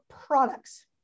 products